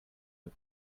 but